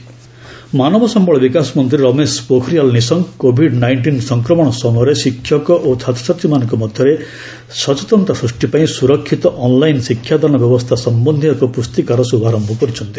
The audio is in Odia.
ସେଫ୍ ଅନଲାଇନ୍ ଲର୍ଣ୍ଣିଂ ମାନବ ସମ୍ଘଳ ବିକାଶ ମନ୍ତ୍ରୀ ରମେଶ ପୋଖରିଆଲ୍ ନିଶଙ୍କ କୋଭିଡ୍ ନାଇଣ୍ଟିନ୍ ସଂକ୍ରମଣ ସମୟରେ ଶିକ୍ଷକ ଓ ଛାତ୍ରଛାତ୍ରୀମାନଙ୍କ ମଧ୍ୟରେ ସଚେତନତା ସୃଷ୍ଟି ପାଇଁ ସୁରକ୍ଷିତ ଅନ୍ଲାଇନ୍ ଶିକ୍ଷାଦାନ ବ୍ୟବସ୍ଥା ସମ୍ପନ୍ଧୀୟ ଏକ ପୁଷ୍ଠିକାର ଶୁଭାରୟ କରିଛନ୍ତି